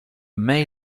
male